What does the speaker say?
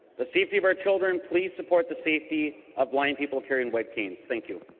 the safety of our children please support the safety of blind people carrying white canes. thank you.